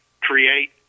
create